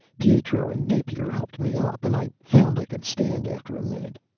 pietro and napier helped me up, and i found i could stand after a minute.